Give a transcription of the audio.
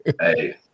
Hey